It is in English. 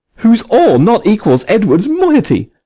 whose all not equals edward's moiety?